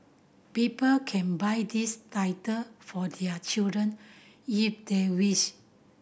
people can buy these title for their children if they wish